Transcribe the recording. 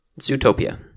Zootopia